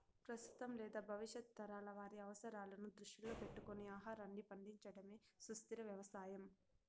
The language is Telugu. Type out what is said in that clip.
ప్రస్తుతం లేదా భవిష్యత్తు తరాల వారి అవసరాలను దృష్టిలో పెట్టుకొని ఆహారాన్ని పండించడమే సుస్థిర వ్యవసాయం